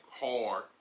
hard